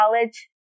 college